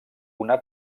una